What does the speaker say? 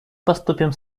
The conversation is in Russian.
поступим